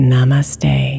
Namaste